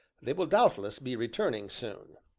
they will doubtless be returning soon.